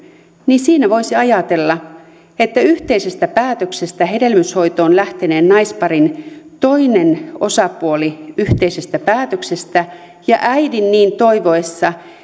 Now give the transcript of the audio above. niin siinä voisi ajatella että yhteisestä päätöksestä hedelmöityshoitoon lähteneen naisparin toinen osapuoli yhteisestä päätöksestä ja äidin niin toivoessa